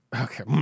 okay